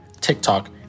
TikTok